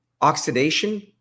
oxidation